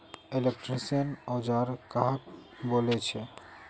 Electrician औजार कहाक बोले छे?